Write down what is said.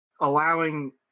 allowing